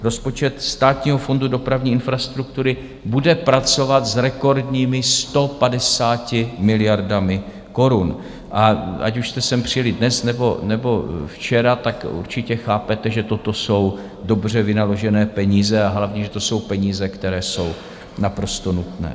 Rozpočet Státního fondu dopravní infrastruktury bude pracovat s rekordními 150 miliardami korun, a ať už jste sem přijeli dnes nebo včera, určitě chápete, že toto jsou dobře vynaložené peníze, a hlavně že to jsou peníze, které jsou naprosto nutné.